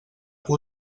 que